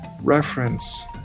reference